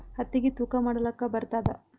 ಹತ್ತಿಗಿ ತೂಕಾ ಮಾಡಲಾಕ ಬರತ್ತಾದಾ?